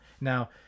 Now